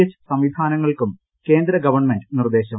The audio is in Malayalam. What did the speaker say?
എച്ച് സംവിധാനങ്ങൾക്കും കേന്ദ്ര ഗവൺമെന്റ് നിർദ്ദേശം